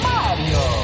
Mario